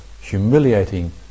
humiliating